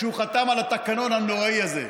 כשהוא חתם על התקנון הנוראי הזה?